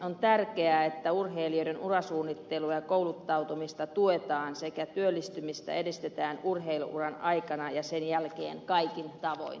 on tärkeää että urheilijoiden urasuunnittelua ja kouluttautumista tuetaan sekä työllistymistä edistetään urheilu uran aikana ja sen jälkeen kaikin tavoin